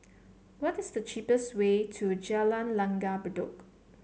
what is the cheapest way to Jalan Langgar Bedok